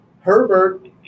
Herbert